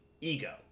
ego